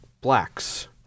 blacks